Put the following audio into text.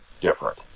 different